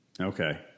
Okay